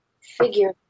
figure